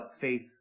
faith